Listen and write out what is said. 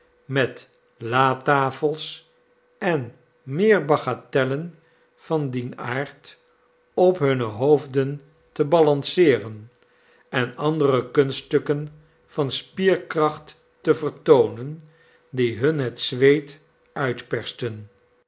met latafels en meer bagatellen van dien aard op hunne hoofd en te balanceeren en andere kunststukken van spierkracht te vertoonen die hun het zweet uitpersten